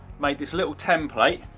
made this little template.